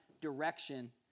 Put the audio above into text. direction